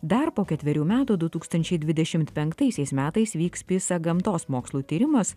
dar po ketverių metų du tūkstančiai dvidešimt penktaisiais metais vyks pisa gamtos mokslų tyrimas